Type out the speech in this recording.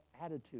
attitude